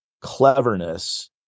cleverness